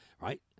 right